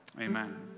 amen